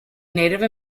native